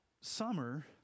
summer